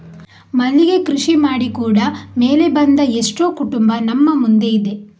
ಮಲ್ಲಿಗೆ ಕೃಷಿ ಮಾಡಿ ಕೂಡಾ ಮೇಲೆ ಬಂದ ಎಷ್ಟೋ ಕುಟುಂಬ ನಮ್ಮ ಮುಂದೆ ಇದೆ